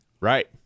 Right